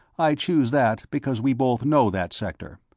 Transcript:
i choose that because we both know that sector,